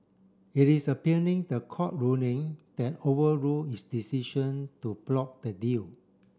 it is appealing the court ruling that overrule its decision to block the deal